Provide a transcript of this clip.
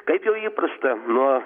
kaip jau įprasta nuo